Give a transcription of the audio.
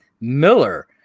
Miller